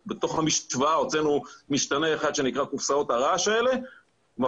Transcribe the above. המשוואה הוצאנו משתנה אחד שנקרא קופסאות הרעש האלה ואני